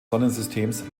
sonnensystems